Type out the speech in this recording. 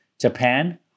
Japan